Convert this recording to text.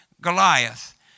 Goliath